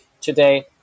today